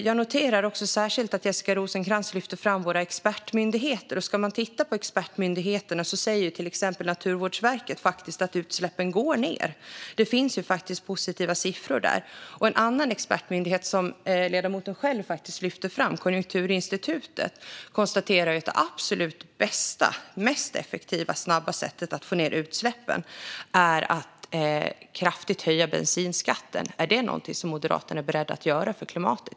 Jag noterar särskilt att Jessica Rosencrantz lyfter fram våra expertmyndigheter. Tittar man på vad expertmyndigheterna tycker kan man se att Naturvårdsverket menar att utsläppen faktiskt går ned. Det finns positiva siffror där. En annan expertmyndighet, som ledamoten själv lyfte fram, nämligen Konjunkturinstitutet, konstaterar att det absolut bästa och mest effektiva sättet att få ned utsläppen är att kraftigt höja bensinskatten. Är det någonting som Moderaterna är beredda att göra för klimatet?